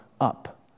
up